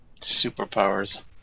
Superpowers